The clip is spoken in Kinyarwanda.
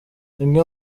imwe